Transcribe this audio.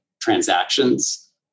transactions